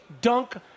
dunk